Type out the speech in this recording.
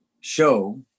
show